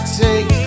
take